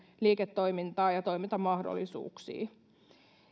liiketoimintaan ja toimintamahdollisuuksiin